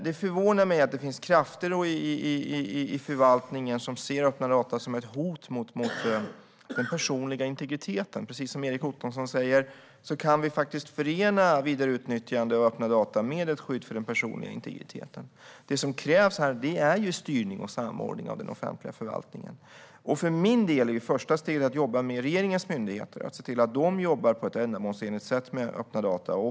Det förvånar mig att det finns krafter i förvaltningen som ser öppna data som ett hot mot den personliga integriteten, för precis som Erik Ottoson säger kan vi faktiskt förena vidareutnyttjande av öppna data med ett skydd för den personliga integriteten. Det som krävs är styrning och samordning av den offentliga förvaltningen, och för min del är första steget att jobba med regeringens myndigheter och se till att de jobbar på ett ändamålsenligt sätt med öppna data.